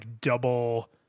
double